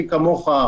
מי כמוך,